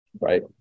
right